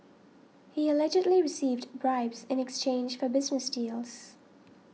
he allegedly received bribes in exchange for business deals